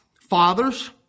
Fathers